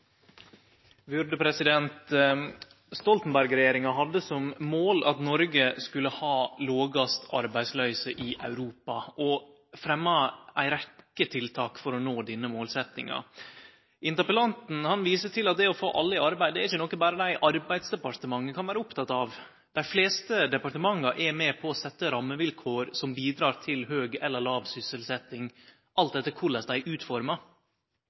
hadde som mål at Noreg skulle ha lågast arbeidsløyse i Europa og fremje ei rekkje tiltak for å nå denne målsetjinga. Interpellanten viser til at det å få alle i arbeid ikkje er noko berre dei i Arbeidsdepartementet kan vere opptekne av. Dei fleste departementa er med på å setje rammevilkår som bidrar til høg eller låg sysselsetjing, alt etter korleis dei er utforma.